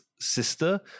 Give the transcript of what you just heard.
sister